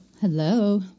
Hello